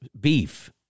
beef